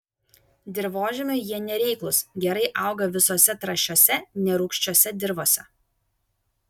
dirvožemiui jie nereiklūs gerai auga visose trąšiose nerūgščiose dirvose